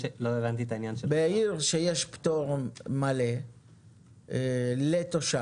בעיר שיש פטור מלא לתושב